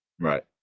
Right